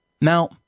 Now